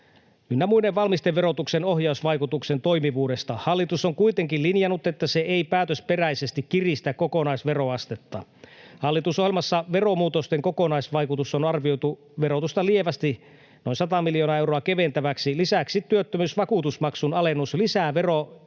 ynnä muiden valmisteverotuksen ohjausvaikutuksen toimivuudesta. Hallitus on kuitenkin linjannut, että se ei päätösperäisesti kiristä kokonaisveroastetta. Hallitusohjelmassa veromuutosten kokonaisvaikutus on arvioitu verotusta lievästi, noin 100 miljoonaa euroa, keventäväksi. Lisäksi työttömyysvakuutusmaksun alennus lisää veromenetyksiä